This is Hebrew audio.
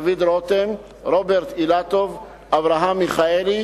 דוד רותם, רוברט אילטוב, אברהם מיכאלי,